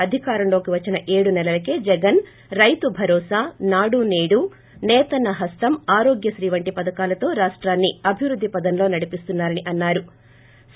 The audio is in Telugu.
అధికారంలోకి వచ్చిన ఏడు నెలలకే జగన్ రైతు భరోసానాడు సేఢునేతన్న హస్తంఆరోగ్య శ్రీ వంటి పథకాలతో రాష్టాన్ని అభివృద్ది పథంలో నడిపిస్తున్నారని అన్నారు